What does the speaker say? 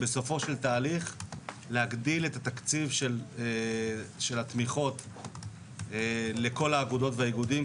בסופו של תהליך להגדיל את התקציב של התמיכות לכל האגודות והאיגודים.